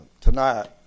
tonight